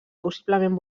possiblement